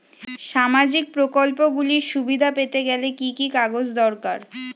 সামাজীক প্রকল্পগুলি সুবিধা পেতে গেলে কি কি কাগজ দরকার?